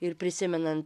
ir prisimenant